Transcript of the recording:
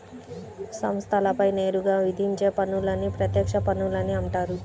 సంస్థలపై నేరుగా విధించే పన్నులని ప్రత్యక్ష పన్నులని అంటారు